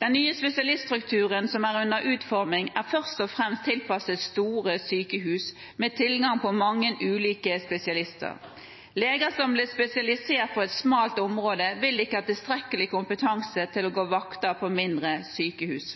Den nye spesialiststrukturen, som er under utforming, er først og fremst tilpasset store sykehus, med tilgang på mange ulike spesialister. Leger som blir spesialister på et smalt område, vil ikke ha tilstrekkelig kompetanse til å gå vakter på mindre sykehus.